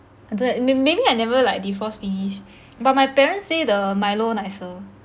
I don't know eh may maybe I never like defrost finish but my parents say the Milo nicer